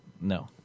No